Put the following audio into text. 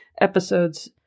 Episodes